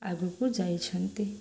ଆଗକୁ ଯାଇଛନ୍ତି